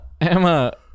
Emma